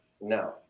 no